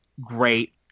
great